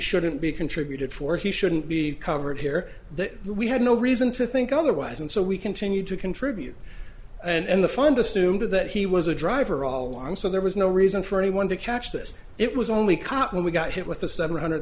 shouldn't be contributed for he shouldn't be covered here that we had no reason to think otherwise and so we continued to contribute and the fundus soon to that he was a driver all along so there was no reason for anyone to catch this it was only caught when we got hit with the seven hundred